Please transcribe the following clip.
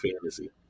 fantasy